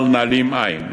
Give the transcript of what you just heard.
אל נעלים עין.